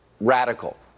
radical